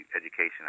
Education